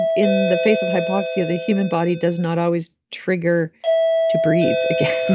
in the face of hypoxia the human body does not always trigger to breathe again.